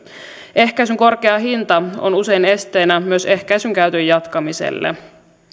ehkäisyn korkea hinta on usein esteenä myös ehkäisyn käytön jatkamiselle